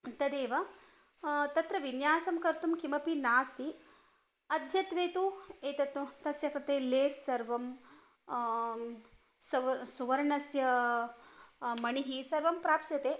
तदेव तत्र विन्यासं कर्तुं किमपि नास्ति अद्यत्वे तु एतत् तस्य कृते लेस् सर्वं सर्वं सुवर्णस्य मणिः सर्वं प्राप्स्यते